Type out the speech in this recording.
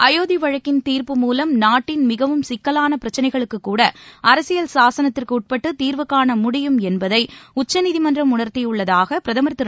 அயோத்தி வழக்கின் தீர்ப்பு மூலம் நாட்டின் மிகவும் சிக்கலான பிரச்சினைகளுக்கு கூட அரசியல் சாகனத்திற்கு உட்பட்டு தீர்வு காண முடியும் என்பதை உச்சநீதிமன்றம் உணர்த்தியுள்ளதாக பிரதமர் திரு